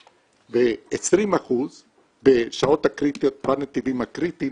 ב-20% בשעות הקריטיות בנתיבים הקריטיים